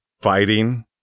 fighting